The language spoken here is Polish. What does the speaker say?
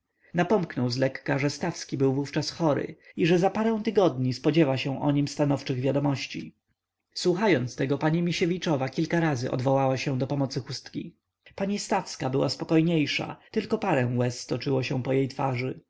nazwiskiem napomknął zlekka że stawski był wówczas chory i że za parę tygodni spodziewa się o nim stanowczych wiadomości słuchając tego pani misiewiczowa kilka razy odwołała się do pomocy chustki pani stawska była spokojniejsza tylko parę łez stoczyło się jej po twarzy